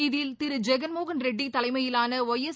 இதில் திரு ஜெகன் மோகன் ரெட்டி தலைமையிலான ஓய்எஸ்